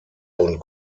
und